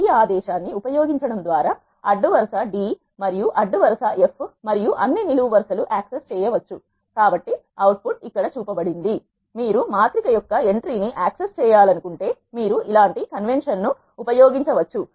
ఈ ఆదేశాన్ని ఉపయోగించడం ద్వారా అడ్డు వరుస d మరియు అడ్డు వరుస f మరియు అన్ని నిలువు వరుసలుయాక్సెస్ చేయవచ్చు కాబట్టి అవుట్ ఫుట్ ఇక్కడ చూపబడింది మీరు మాత్రిక యొక్క ఎంట్రీ ని యాక్సెస్ చేయాలనుకుంటే మీరు ఇలాంటి కన్వెన్షన్ నుఉపయోగించవచ్చు